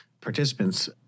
participants